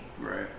Right